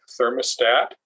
thermostat